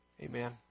Amen